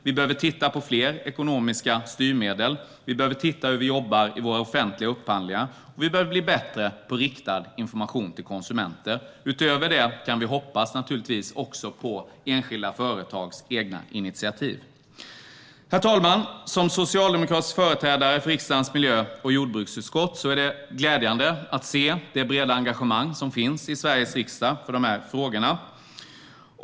Vi behöver titta på fler ekonomiska styrmedel, vi behöver titta på hur vi jobbar vid offentliga upphandlingar och vi behöver bli bättre på riktad information till konsumenter. Utöver detta kan vi naturligtvis också hoppas på enskilda företags egna initiativ. Herr talman! Som socialdemokratisk företrädare för riksdagens miljö och jordbruksutskott är det glädjande för mig att se det breda engagemang som finns i Sveriges riksdag när det gäller dessa frågor.